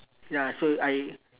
ya so I